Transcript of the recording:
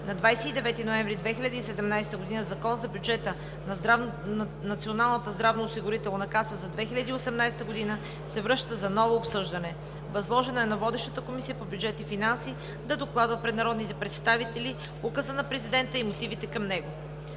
на 29 ноември 2017 г. Закон за бюджета на Националната здравноосигурителна каса за 2018 г. се връща за ново обсъждане. Възложено е на водещата Комисия по бюджет и финанси да докладва пред народните представители указа на Президента и мотивите към него.